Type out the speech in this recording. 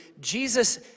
Jesus